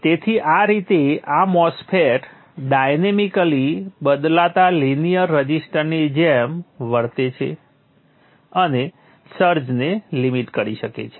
તેથી આ રીતે આ MOSFET ડાયનેમિકલી બદલાતા લિનિયર રઝિસ્ટરની જેમ વર્તે છે અને સર્જને લિમિટ કરી શકે છે